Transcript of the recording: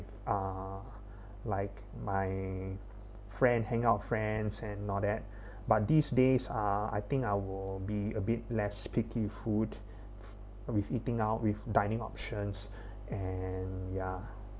uh like my friend hang out friends and know that but these days ah I think I will be a bit less picky food with eating out with dining options and ya